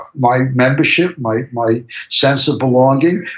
my membership, my my sense of belonging,